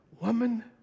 Woman